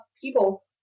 people